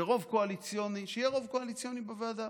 שיהיה רוב קואליציוני בוועדה.